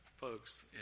folks